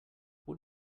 what